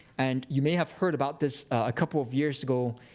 and you may have heard about this a couple of years ago.